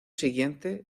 siguiente